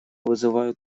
вызывают